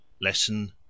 Lesson